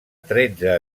tretze